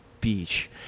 beach